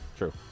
true